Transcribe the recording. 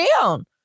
down